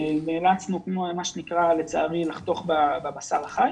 ונאלצנו לצערי לחתוך בבשר החי.